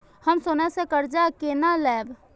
हम सोना से कर्जा केना लैब?